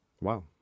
wow